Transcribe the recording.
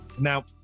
Now